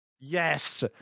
yes